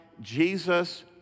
Jesus